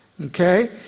Okay